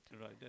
Right